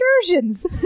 excursions